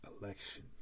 election